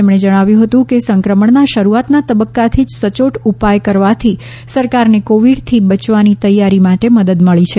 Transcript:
તેમણે જણાવ્યું હતું કે સંક્રમણના શરૂઆતના તબ્બકાથી જ સયોટ ઉપાય કરવાથી સરકારને કોવિડથી બયવાની તૈયારી માટે મદદ મળી છે